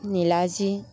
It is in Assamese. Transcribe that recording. নিলাজী